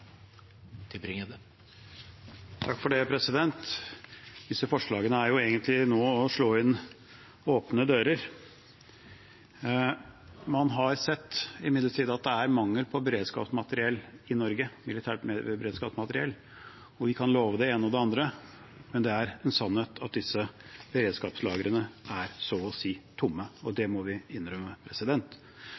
egentlig å slå inn åpne dører. Man har imidlertid sett at det er mangel på beredskapsmateriell i Norge – militært beredskapsmateriell – og vi kan love det ene og det andre, men det er en sannhet at disse beredskapslagrene er så å si tomme, og det må vi innrømme.